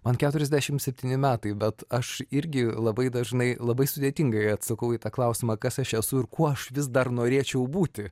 man keturiasdešimt septyni metai bet aš irgi labai dažnai labai sudėtingai atsakau į tą klausimą kas aš esu ir kuo aš vis dar norėčiau būti